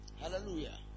Hallelujah